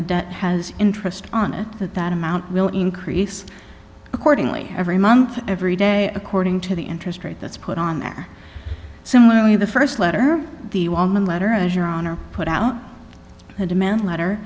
the debt has interest on it that that amount will increase accordingly every month every day according to the interest rate that's put on there similarly the st letter the letter as your honor put out a demand letter